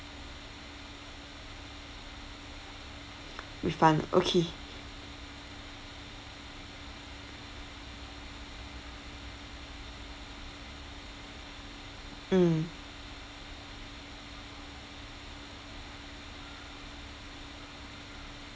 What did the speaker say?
refund okay mm